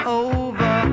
over